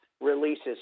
releases